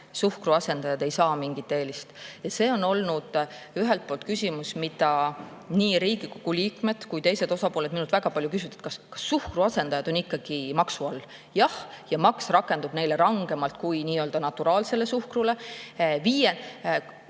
suhkruasendajad ei saa mingit eelist. See on olnud küsimus, mida Riigikogu liikmed ja teised osapooled on minult väga palju küsinud, kas suhkruasendajad on ikkagi maksu all. Jah, ja maks rakendub neile rangemalt kui nii-öelda naturaalsele suhkrule.